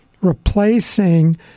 replacing—